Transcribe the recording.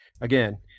again